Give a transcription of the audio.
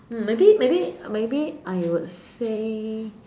um maybe maybe maybe I would say